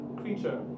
creature